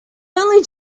only